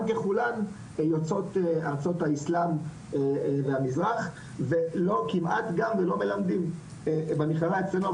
ככולן יוצאות ארצות האסלם והמזרח ולא כמעט גם ולא מלמדים במכללה אצלנו,